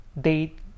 date